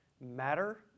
matter